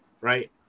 right